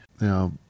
Now